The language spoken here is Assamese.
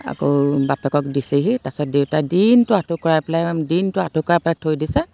আকৌ বাপেকক দিছেহি তাৰপাছত দেউতাই দিনটো আঁঠু কঢ়াই পেলাই দিনটো আঁঠুকঢ়াই পেলাই থৈ দিছে